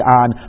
on